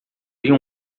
viu